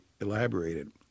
elaborated